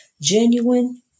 genuine